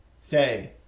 Say